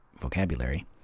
vocabulary